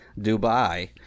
Dubai